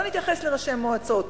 לא נתייחס לראשי המועצות.